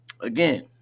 again